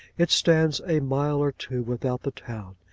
it stands a mile or two without the town,